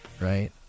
right